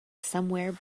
somewhere